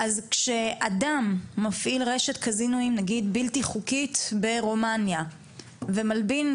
אז כשאדם מפעיל רשת קזינו בלתי חוקית ברומניה ומלבין,